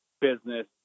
business